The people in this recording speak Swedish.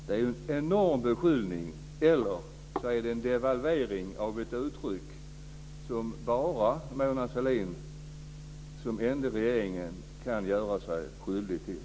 Det är en enorm beskyllning, eller också är det en devalvering av ett uttryck som Mona Sahlin är den enda i regeringen som kan göra sig skyldig till.